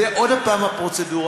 זאת עוד הפעם הפרוצדורה.